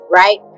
right